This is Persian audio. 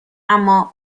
اما